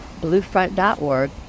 bluefront.org